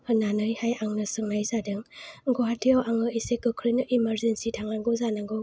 होन्नानै हाय आंङो सोंनाय जादों गुवाहाटीयाव आङो एसे गोख्रैनो इमारजेनसि थांनांगौ जानांगौ